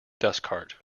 dustcart